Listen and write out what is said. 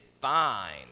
fine